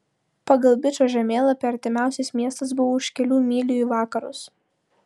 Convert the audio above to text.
pagal bičo žemėlapį artimiausias miestas buvo už kelių mylių į vakarus